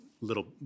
little